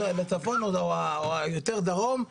או יותר דרום,